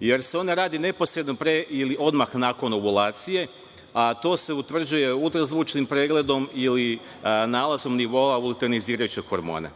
jer se ona radi neposredno pre ili odmah nakon ovulacije, a to se utvrđuje ultrazvučnim pregledom ili nalazom nivoa luteinizirajućeg hormona.